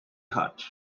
harte